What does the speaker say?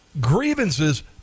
grievances